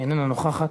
איננה נוכחת.